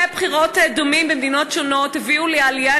חוקי בחירות דומים במדינות שונות הביאו לעלייה